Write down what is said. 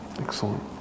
Excellent